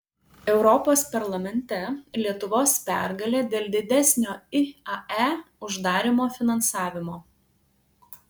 europos parlamente lietuvos pergalė dėl didesnio iae uždarymo finansavimo